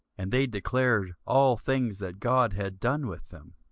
and they declared all things that god had done with them.